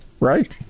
Right